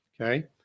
Okay